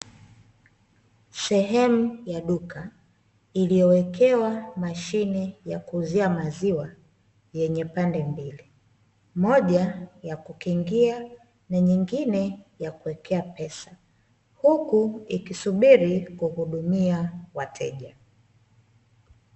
Sehemu ya duka iliyowekewa mashine ya kuuzia maziwa yenye pande mbili, moja ya kukiingia na nyingine ya kuwekea pesa, huku ikisubiri kuhudumia wateja.